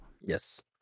Yes